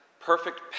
perfect